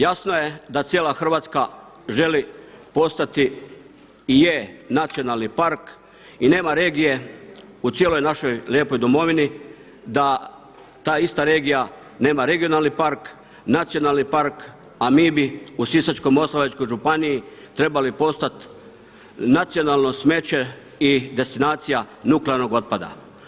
Jasno je da cijela Hrvatska želi postati i je nacionalni park i nema regije u cijeloj našoj lijepoj domovini da ta ista regija nema regionalni park, nacionalni park, a mi bi u Sisačko-moslavačkoj županiji trebali postati nacionalno smeće i destinacija nuklearnog otpada.